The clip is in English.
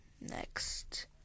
next